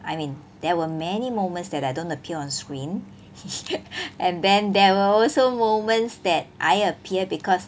I mean there were many moments that I don't appear on screen and then there were also moments that I appear because